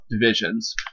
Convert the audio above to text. divisions